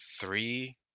three